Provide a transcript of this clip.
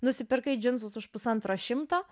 nusipirkai džinsus už pusantro šimto